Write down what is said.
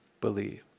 believe